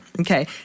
Okay